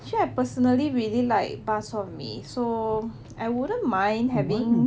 actually I personally really like bak chor mee so I wouldn't mind having